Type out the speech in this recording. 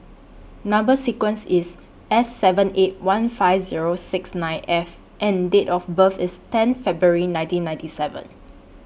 Number sequence IS S seven eight one five Zero six nine F and Date of birth IS ten February nineteen ninety seven